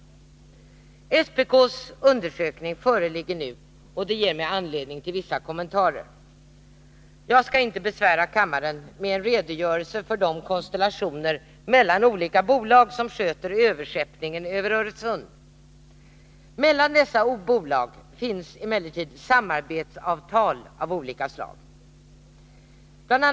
SPK:s undersökning föreligger nu, och den ger mig anledning till vissa kommentarer. Jag skall inte besvära kammaren med en redogörelse för de konstellationer mellan olika bolag som sköter överskeppningen över Öresund. Mellan dessa bolag finns emellertid samarbetsavtal av olika slag. Bl.